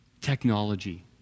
Technology